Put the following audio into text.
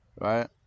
right